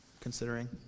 considering